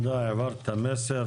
תודה, העברת את המסר.